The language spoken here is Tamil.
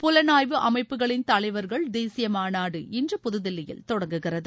புலனாய்வு அமைப்புகளின் தலைவர்கள் தேசிய மாநாடு இன்று புதுதில்லியில் தொடங்குகிறது